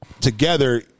together